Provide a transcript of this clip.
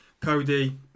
Cody